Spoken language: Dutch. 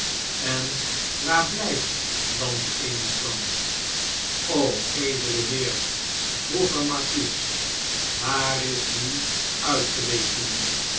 en waar bln'ft dan die e ant edele heer vroeger markies waar is die uitgewekene